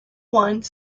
one